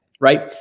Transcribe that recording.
right